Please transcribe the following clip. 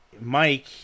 Mike